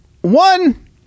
One